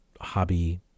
hobby